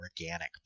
organic